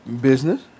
Business